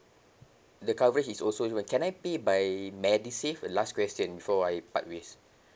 the coverage is also when can I pay by MediSave last question before I part ways